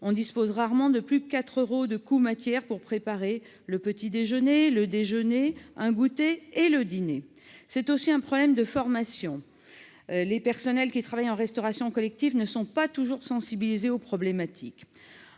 on dispose rarement de plus 4 euros de coût matière pour préparer le petit-déjeuner, le déjeuner, un goûter et le dîner. C'est aussi un problème de formation : les personnels qui travaillent en restauration collective ne sont pas toujours sensibilisés aux problématiques.